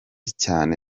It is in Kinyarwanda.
cyane